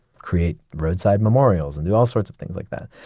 create roadside memorials, and do all sorts of things like that,